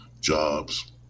Jobs